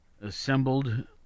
assembled